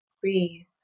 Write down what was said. Breathe